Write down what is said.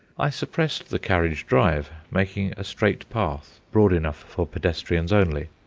i suppressed the carriage-drive, making a straight path broad enough for pedestrians only,